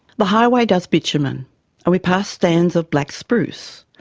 the highway does bitumen and we pass stands of black spruce,